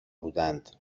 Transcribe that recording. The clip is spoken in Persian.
بودند